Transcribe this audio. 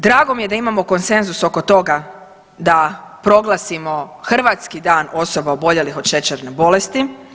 Drago mi je da imamo konsenzus oko toga da proglasimo Hrvatski dan osoba oboljelih od šećerne bolesti.